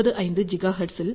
95 ஜிகாஹெர்ட்ஸில் 8